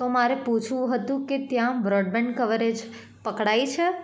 તો મારે પૂછવું હતું કે ત્યાં બ્રોડબેન્ડ કવરેજ પકડાય છે